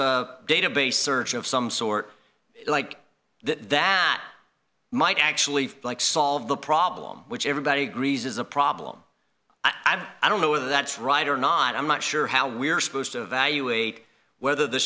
a database search of some sort like that that might actually like solve the problem which everybody agrees is a problem i've i don't know whether that's right or not i'm not sure how we're supposed to evaluate whether the